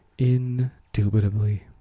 Indubitably